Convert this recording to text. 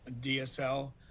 dsl